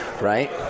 right